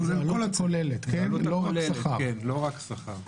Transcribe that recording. עלות כוללת, לא רק שכר.